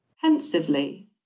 pensively